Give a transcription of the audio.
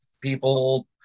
people